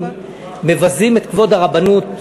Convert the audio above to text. מבזים את כבוד הרבנות.